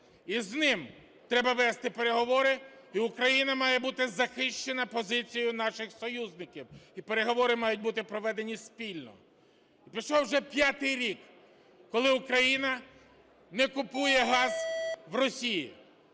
і з ним треба вести переговори, і Україна має бути захищена позицією наших союзників, і переговори мають бути проведені спільно. Пішов вже п'ятий рік, коли Україна не купує газ в Росії.